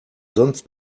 sonst